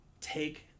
take